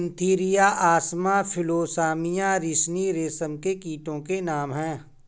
Antheraea असामा फिलोसामिया रिसिनी रेशम के कीटो के नाम हैं